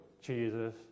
Jesus